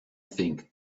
think